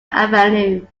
avenue